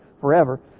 forever